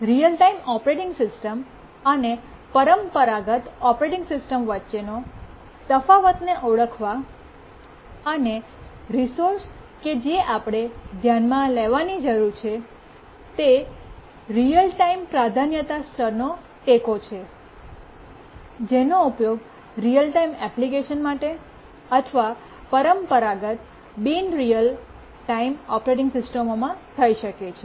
real time operating system અને પરંપરાગત operating system વચ્ચેના તફાવતને ઓળખવા અને રિસોર્સ કે જે આપણે ધ્યાનમાં લેવાની જરૂર છે તે એ રીઅલ ટાઇમ પ્રાધાન્યતા સ્તરોનો ટેકો છે જેનો ઉપયોગ રીઅલ ટાઇમ એપ્લિકેશન માટે અથવા પરંપરાગત બિન રીઅલ ટાઇમ ઓપરેટિંગ સિસ્ટમમાં થઈ શકે છે